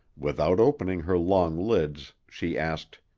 without opening her long lids, she asked,